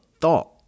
thought